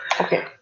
okay